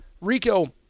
Rico